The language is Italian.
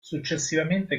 successivamente